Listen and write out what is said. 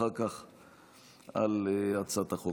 הצעת חוק